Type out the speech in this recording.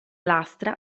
lastra